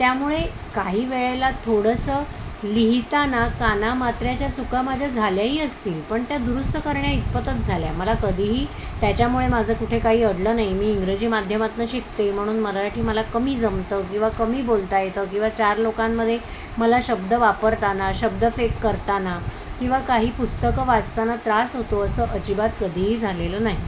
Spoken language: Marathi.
त्यामुळे काही वेळेला थोडंसं लिहिताना कानामात्र्याच्या चुका माझ्या झाल्याही असतील पण त्या दुरुस्त करण्या इतपतच झाल्या मला कधीही त्याच्यामुळे माझं कुठे काही अडलं नाही मी इंग्रजी माध्यमातनं शिकते म्हणून मराठी मला कमी जमतं किंवा कमी बोलता येतं किंवा चार लोकांमध्ये मला शब्द वापरताना शब्द फेक करताना किंवा काही पुस्तकं वाचताना त्रास होतो असं अजिबात कधीही झालेलं नाही